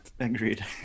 Agreed